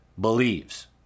believes